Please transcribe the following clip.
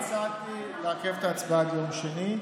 אני הצעתי לעכב את ההצבעה עד ליום שני,